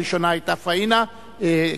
הראשונה היתה פניה קירשנבאום,